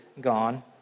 gone